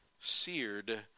seared